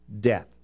death